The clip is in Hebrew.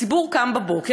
הציבור קם בבוקר,